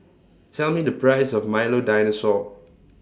Tell Me The Price of Milo Dinosaur